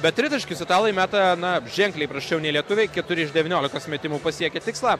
bet tritaškius italai meta na ženkliai prasčiau nei lietuviai keturi iš devyniolikos metimų pasiekia tikslą